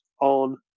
on